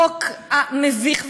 החוק המביך,